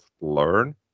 Learn